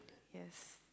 yes